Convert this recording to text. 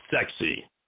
sexy